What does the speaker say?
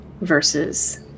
versus